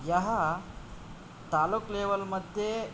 यः तालूक् लेवल् मध्ये